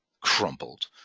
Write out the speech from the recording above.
crumpled